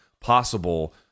possible